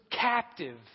captive